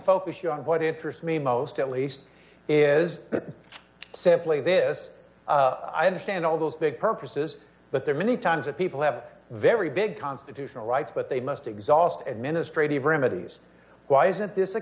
you on what interests me most at least is simply this i understand all those big purposes but there are many times that people have very big constitutional rights but they must exhaust administratively remedies why isn't this a